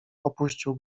opuścił